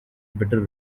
bitter